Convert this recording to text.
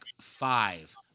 five